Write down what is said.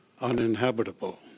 uninhabitable